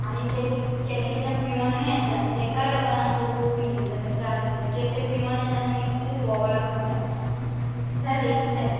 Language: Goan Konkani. आनी ते केन्ना केन्ना पियोनूय येता तेकाय लागोन आमकां खूब हें जाता त्रास जाता कित्याक ते पियोन येतात आनी खूब बोवाळ करतात जाले इतलेंच